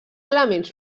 elements